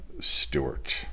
Stewart